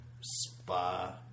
spa